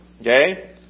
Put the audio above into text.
okay